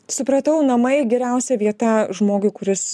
supratau namai geriausia vieta žmogui kuris